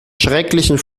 schrecklichen